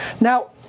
Now